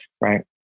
Right